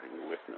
witness